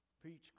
Preach